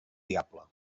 diable